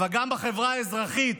אבל גם בחברה האזרחית